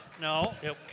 no